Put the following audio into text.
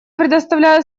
предоставляю